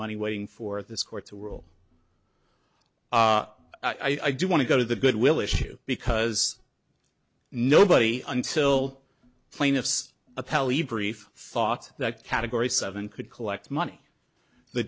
money waiting for this court to rule i do want to go to the goodwill issue because nobody until plaintiffs appellate brief thought that category seven could collect money the